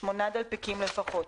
8 דלפקים לפחות,